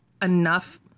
enough